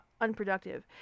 unproductive